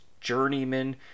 journeyman